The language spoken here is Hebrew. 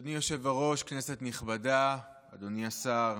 אדוני היושב-ראש, כנסת נכבדה, אדוני השר,